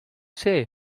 see